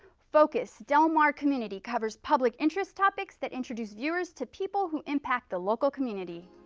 focus del mar community covers public interest topics that introduce viewers to people who impact the local community.